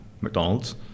McDonald's